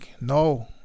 no